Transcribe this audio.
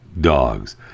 dogs